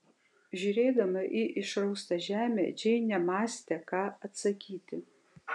žiūrėdama į išraustą žemę džeinė mąstė ką atsakyti